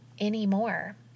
anymore